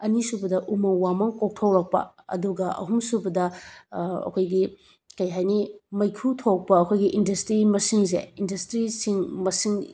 ꯑꯅꯤꯁꯨꯕꯗ ꯎꯃꯪ ꯋꯥꯃꯪ ꯀꯣꯛꯊꯣꯛꯂꯛꯄ ꯑꯗꯨꯒ ꯑꯍꯨꯝꯁꯨꯕꯗ ꯑꯩꯈꯣꯏꯒꯤ ꯀꯩꯍꯥꯏꯅꯤ ꯃꯩꯈꯨ ꯊꯣꯛꯄ ꯑꯩꯈꯣꯏꯒꯤ ꯏꯟꯗꯁꯇ꯭ꯔꯤ ꯃꯦꯁꯤꯟꯁꯦ ꯏꯟꯗꯁꯇ꯭ꯔꯤꯁꯤꯡ ꯃꯁꯤꯡ